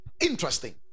interesting